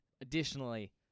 Additionally